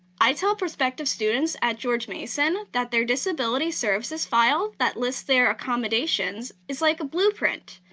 i tell prospective students at george mason that their disability services file that list their accommodations is like a blueprint.